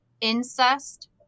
incest